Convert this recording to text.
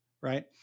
right